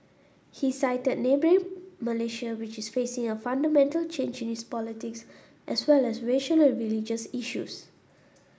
he cited neighbouring Malaysia which is facing a fundamental change in its politics as well as racial and religious issues